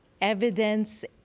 evidence